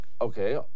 okay